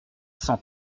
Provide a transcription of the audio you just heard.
cent